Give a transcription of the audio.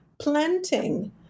planting